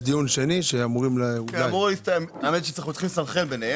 יש לסנכרן ביניהם,